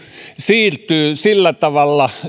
siirtyy sillä tavalla